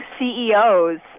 CEO's